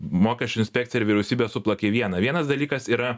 mokesčių inspekcija ir vyriausybė suplakė į vieną vienas dalykas yra